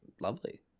Lovely